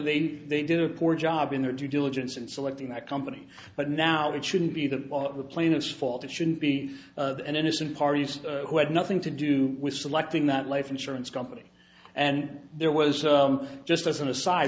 they did a poor job in their due diligence in selecting that company but now it shouldn't be the plaintiffs fault it shouldn't be an innocent parties who had nothing to do with selecting that life insurance company and there was just as an aside